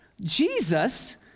Jesus